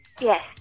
Yes